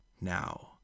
Now